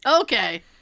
Okay